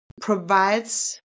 provides